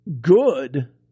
good